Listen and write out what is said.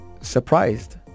surprised